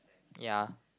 ya